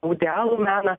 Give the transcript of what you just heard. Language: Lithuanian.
audealų meną